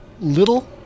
Little